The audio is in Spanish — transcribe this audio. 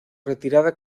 retirada